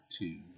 two